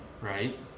right